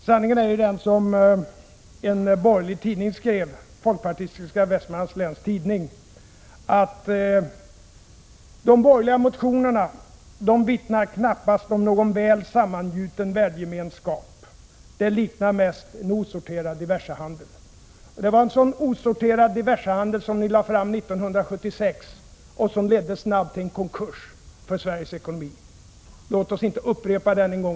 Sanningen är ju den som en borgerlig tidning, Vestmanlands Läns Tidning, skrev att de borgerliga motionerna knappast vittnar om någon väl sammangjuten värdegemenskap. Det liknar mest en osorterad diversehandel. Det var en sådan osorterad diversehandel som ni lade fram 1976 och som snabbt ledde till en konkurs för Sveriges ekonomi. Låt oss inte upprepa den!